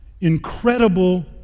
incredible